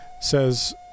says